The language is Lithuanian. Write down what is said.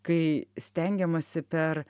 kai stengiamasi per